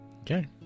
Okay